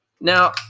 Now